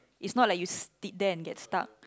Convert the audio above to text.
it's not like you sit there and get stuck